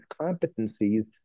competencies